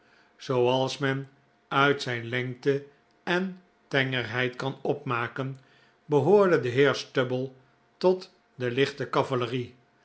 zooals men uit zijn lengte en tengerheid kan opmaken behoorde de heer stubble tot de lichte